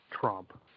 Trump